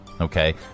okay